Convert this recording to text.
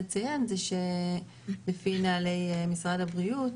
זה שלפי נהלי משרד הבריאות,